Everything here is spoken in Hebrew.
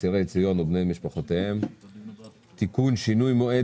לאסירי ציון ולבני משפחותיהם (תיקון שינוי מועד